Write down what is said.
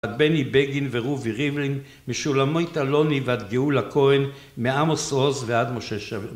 מבני בגין ורובי ריבלין משולמית אלוני ועד גאולה כהן מעמוס עוז ועד משה שרת